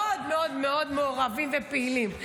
מאוד מאוד מאוד מעורבים ופעילים.